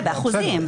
באחוזים.